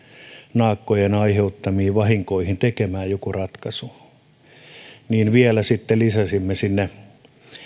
naakkojen aiheuttamiin vahinkoihin tekemään joku ratkaisu mutta pikkusen olen kuitenkin surullinen siitä että vielä sitten sotkimme sinne